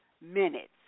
minutes